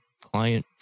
client